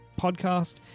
podcast